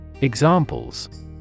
Examples